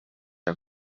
are